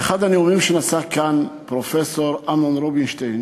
באחד הנאומים שנשא כאן פרופסור אמנון רובינשטיין